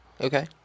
okay